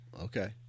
okay